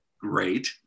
great